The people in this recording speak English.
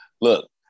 look